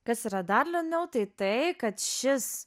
kas yra dar liūdniau tai tai kad šis